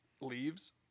leaves